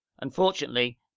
unfortunately